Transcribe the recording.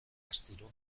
astiro